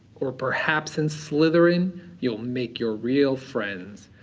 or perhaps in slytherin you'll make your real friends,